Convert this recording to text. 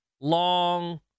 long